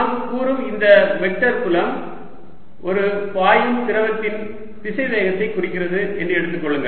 நாம் கூறும் இந்த வெக்டர் புலம் ஒரு பாயும் திரவத்தின் திசைவேகத்தை குறிக்கிறது என்று எடுத்துக்கொள்ளுங்கள்